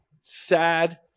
sad